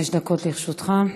בבקשה, חמש דקות לרשותך.